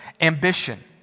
ambition